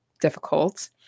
difficult